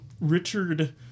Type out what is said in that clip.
Richard